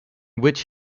which